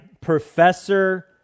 professor